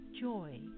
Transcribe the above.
joy